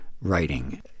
writing